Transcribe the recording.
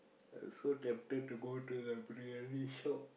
I so tempted to go to the briyani shop